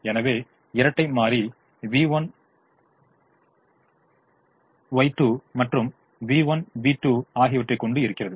எனவே இரட்டை மாறி Y1Y2 மற்றும் v1 v2 ஆகியவற்றைக் கொண்டு இருக்கிறது